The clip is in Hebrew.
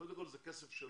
קודם כול, זה כסף שלו.